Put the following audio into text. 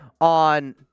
on